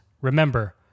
remember